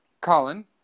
Colin